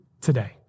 today